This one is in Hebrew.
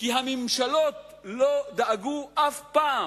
לא דאגו אף פעם,